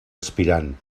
aspirant